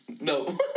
No